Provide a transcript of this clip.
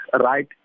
right